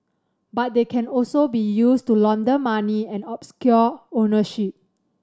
but they can also be used to launder money and obscure ownership